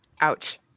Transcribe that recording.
Ouch